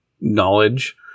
knowledge